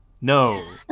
No